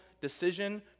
decision